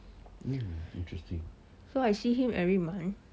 so I see him every month